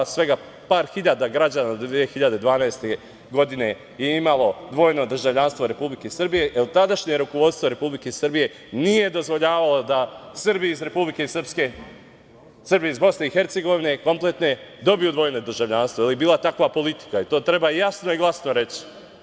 Svega par hiljada građana do 2012. godine je imalo dvojno državljanstvo Republike Srbije, jer tadašnje rukovodstvo Republike Srbije nije dozvoljavalo da Srbi iz Republike Srpske, Srbi iz BiH kompletne dobiju dvojno državljanstvo, jer je bila takva politika i to treba jasno i glasno reći.